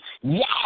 Yes